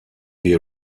the